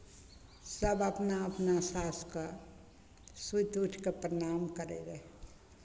सभ अपना अपना सासुकेँ सुति उठि कऽ प्रणाम करैत रहै